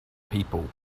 people